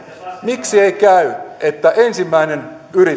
miksi ei käy että kun